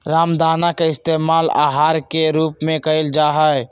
रामदाना के पइस्तेमाल आहार के रूप में कइल जाहई